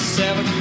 seven